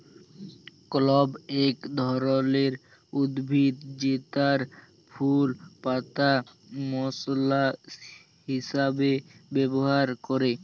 clove এক ধরলের উদ্ভিদ জেতার ফুল পাতা মশলা হিসাবে ব্যবহার ক্যরে